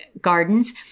gardens